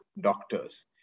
doctors